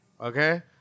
Okay